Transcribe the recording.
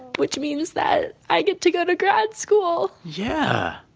which means that i get to go to grad school yeah.